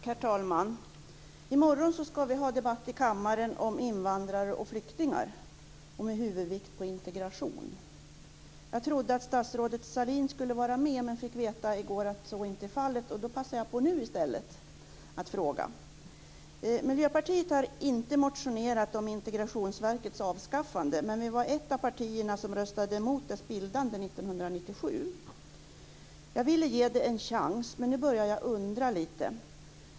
Herr talman! I morgon ska vi ha debatt i kammaren om invandrare och flyktingar och med huvudvikt på integration. Jag trodde att statsrådet Sahlin skulle vara med men fick i går veta att så inte är fallet. Jag passar därför i stället på att nu ställa en fråga till statsrådet. Miljöpartiet har inte motionerat om Integrationsverkets avskaffande. Men vi var ett av de partier som röstade emot dess bildande 1997. Jag ville ge det en chans, men nu börjar jag undra lite grann.